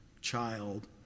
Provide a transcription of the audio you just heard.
child